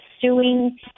suing